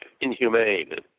inhumane